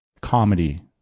comedy